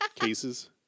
cases